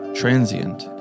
transient